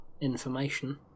information